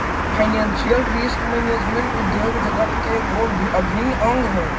financial risk management उद्योग जगत के गो अभिन्न अंग हई